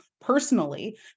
personally